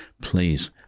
please